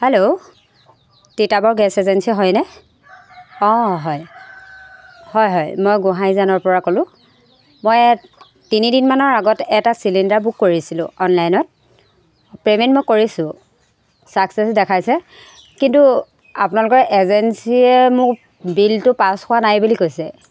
hello তিতাবৰ gas agency হয়নে অঁ হয় হয় হয় মই গোহাঁইজানৰ পৰা ক'লোঁ মই তিনিদিনমানৰ আগত এটা চিলিণ্ডাৰ বুক কৰিছিলোঁ অনলাইনত পে'মেণ্ট মই কৰিছোঁ ছাকচেছ দেখাইছে কিন্তু আপোনালোকৰ এজেঞ্চীয়ে মোক বিলটো পাছ হোৱা নাই বুলি কৈছে